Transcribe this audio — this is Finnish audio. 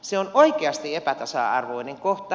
se on oikeasti epätasa arvoinen kohta